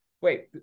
wait